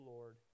Lord